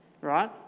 right